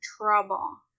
trouble